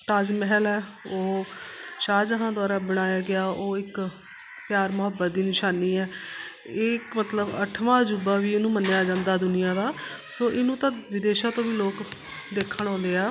ਤਾਜ ਮਹਿਲ ਹੈ ਉਹ ਸ਼ਾਹਜਹਾਂ ਦੁਆਰਾ ਬਣਾਇਆ ਗਿਆ ਉਹ ਇੱਕ ਪਿਆਰ ਮੁਹੱਬਤ ਦੀ ਨਿਸ਼ਾਨੀ ਹੈ ਇਹ ਇੱਕ ਮਤਲਬ ਅੱਠਵਾਂ ਅਜੂਬਾ ਵੀ ਇਹਨੂੰ ਮੰਨਿਆ ਜਾਂਦਾ ਦੁਨੀਆਂ ਦਾ ਸੋ ਇਹਨੂੰ ਤਾਂ ਵਿਦੇਸ਼ਾਂ ਤੋਂ ਵੀ ਲੋਕ ਦੇਖਣ ਆਉਂਦੇ ਆ